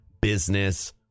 business